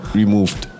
removed